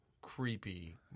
creepy